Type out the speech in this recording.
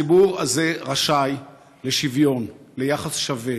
הציבור הזה רשאי לקבל שוויון, יחס שווה,